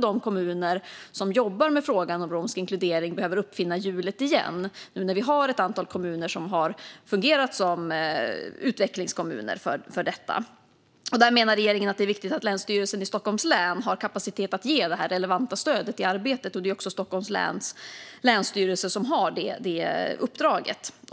De kommuner som jobbar med frågan om romsk inkludering ska inte behöva uppfinna hjulet igen nu när vi har ett antal kommuner som har fungerat som utvecklingskommuner för detta. Regeringen menar att det är viktigt att Länsstyrelsen i Stockholms län har kapacitet att ge detta relevanta stöd i arbetet. Det är också Stockholms läns länsstyrelse som har detta uppdrag.